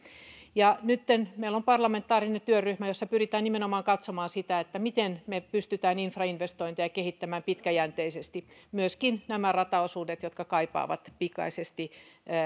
nytten meillä on parlamentaarinen työryhmä jossa pyritään nimenomaan katsomaan sitä miten me pystymme infrainvestointeja kehittämään pitkäjänteisesti myöskin näitä rataosuuksia jotka kaipaavat pikaisesti